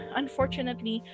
unfortunately